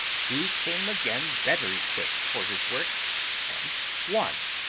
he came again better equipped for his work and won.